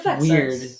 weird